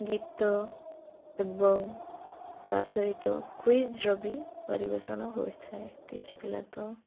ଗୀତ ଏବଂ ତା' ସହିତ କୁଇଜ୍ର ବି ପରିବେଷଣ ହୋଇଥାଏ କିଛି ପିଲା ତ